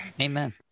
Amen